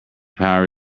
power